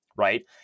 right